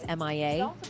MIA